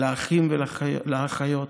לאחים ולאחיות,